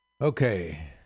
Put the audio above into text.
Okay